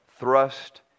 Thrust